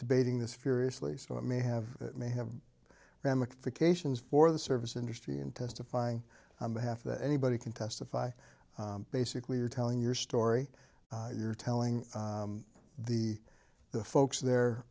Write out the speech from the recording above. debating this furiously so it may have may have ramifications for the service industry and testifying on behalf that anybody can testify basically are telling your story you're telling the the folks there